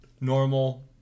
normal